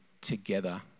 together